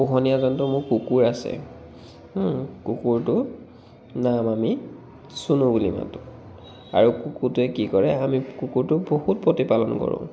পোহনীয়া জন্তু মোৰ কুকুৰ আছে কুকুৰটোৰ নাম আমি চুনু বুলি মাতোঁ আৰু কুকুৰটোৱে কি কৰে আমি কুকুৰটোক বহুত প্ৰতিপালন কৰোঁ